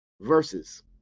verses